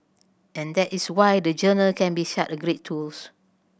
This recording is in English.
and that is why the journal can be such a great tool